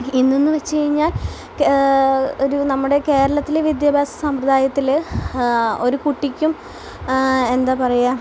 ഇന്ന് എന്നു വച്ചു കഴിഞ്ഞാൽ ഒരു നമ്മുടെ കേരളത്തിലെ വിദ്യാഭ്യാസ സമ്പ്രദായത്തിൽ ഒരു കുട്ടിക്കും എന്താ പറയുക